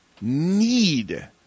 need